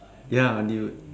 ya dude